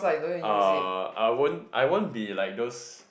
uh I won't I won't be like those